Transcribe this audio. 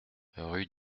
rue